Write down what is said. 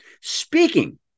speaking